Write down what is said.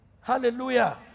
hallelujah